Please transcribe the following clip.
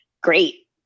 great